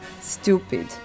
stupid